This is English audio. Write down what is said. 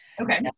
Okay